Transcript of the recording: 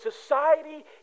society